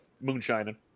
moonshining